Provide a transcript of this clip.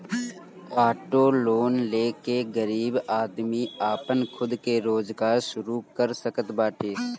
auto loan ले के गरीब आदमी आपन खुद के रोजगार शुरू कर सकत बाटे